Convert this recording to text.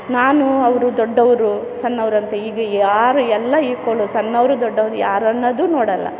ನಾನು ಅವರು ದೊಡ್ಡವರು ಸಣ್ಣವರಂತ ಈಗ ಯಾರು ಎಲ್ಲ ಈಕ್ವಲ್ಲು ಸಣ್ಣವರು ದೊಡ್ಡವರು ಯಾರನ್ನೋದು ನೋಡಲ್ಲ